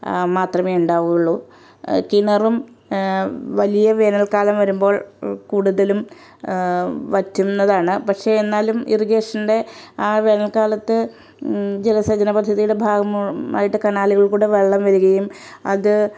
മാത്രമേ ഉണ്ടാവുകയുള്ളു കിണറും വലിയ വേനൽക്കാലം വരുമ്പോൾ കൂട്തലും വറ്റുന്നതാണ് പക്ഷെ എന്നാലും ഇറിഗേഷൻ്റെ ആ വേനൽക്കാലത്ത് ജലസേചനപദ്ധതിയുടെ ഭാഗം ആയിട്ട് കനാലുകളിൽ കൂടെ വെള്ളം വരികയും അത്